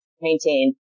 maintain